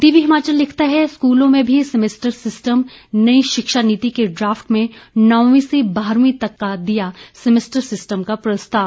दिव्य हिमाचल लिखता है स्कूलों में भी सेमेस्टर सिस्टम नई शिक्षा नीति के ड्राफ्ट में नौवीं से बारहवीं तक दिया सेमेस्टर सिस्टम का प्रस्ताव